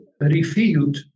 revealed